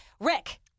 Rick